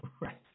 right